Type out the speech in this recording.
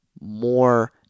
more